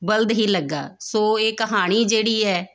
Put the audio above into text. ਬਲਦ ਹੀ ਲੱਗਾ ਸੋ ਇਹ ਕਹਾਣੀ ਜਿਹੜੀ ਹੈ